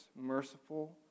merciful